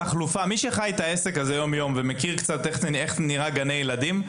מי שחי את העסק הזה יום יום ומכיר קצת איך נראה גן ילדים,